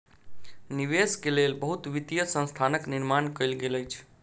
निवेश के लेल बहुत वित्तीय संस्थानक निर्माण कयल गेल अछि